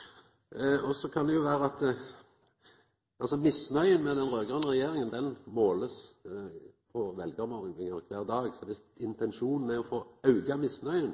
dag. Så det synest eg nok me må erkjenna. Misnøya med den raud-grøne regjeringa blir målt på veljarmålingar kvar dag. Så dersom intensjonen er å få auka misnøya